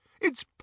It's